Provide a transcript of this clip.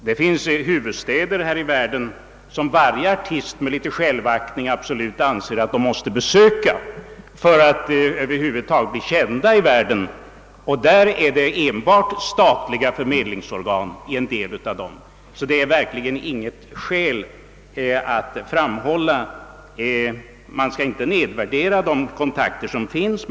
Det finns huvudstäder som varje artist med någon självaktning anser att han måste besöka för att över huvud taget bli känd och där det enbart existerar statliga förmedlingsorgan. Detta är alltså verkligen inte något argument att framhålla. Man skall inte nedvärdera de kontakter som finns.